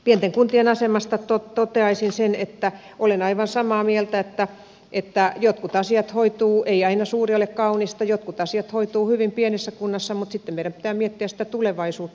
pienten kuntien asemasta toteaisin sen että olen aivan samaa mieltä että ei suuri ole aina kaunista jotkut asiat hoituvat hyvin pienessä kunnassa mutta sitten meidän pitää miettiä sitä tulevaisuutta